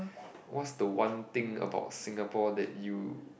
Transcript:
what's the one thing about Singapore that you